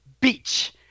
beach